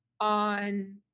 on